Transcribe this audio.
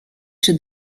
czy